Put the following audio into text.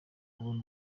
kubona